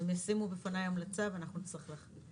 ישימו בפניי החלטה ואצטרך להחליט.